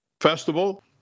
Festival